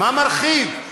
מה מרחיב?